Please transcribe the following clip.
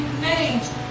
names